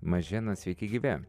mažina sveiki gyvi